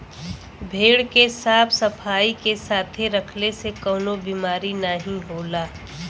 भेड़ के साफ सफाई के साथे रखले से कउनो बिमारी नाहीं होला